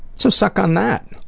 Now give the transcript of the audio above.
so suck on that,